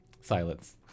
Silence